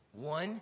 One